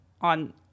on